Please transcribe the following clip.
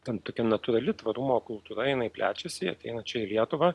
ten tokia natūrali tvarumo kultūra jinai plečiasi ateina čia į lietuvą